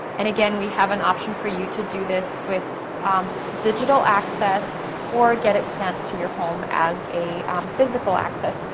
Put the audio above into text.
and again, we have an option for you to do this with digital access or get it sent to your home as a physical access.